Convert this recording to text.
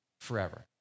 forever